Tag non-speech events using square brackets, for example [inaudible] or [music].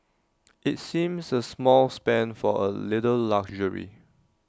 [noise] IT seems A small spend for A little luxury